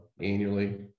annually